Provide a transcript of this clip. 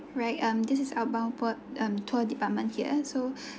wait um this is outbound tour um tour department here so